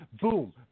Boom